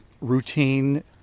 routine